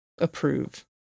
approve